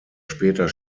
später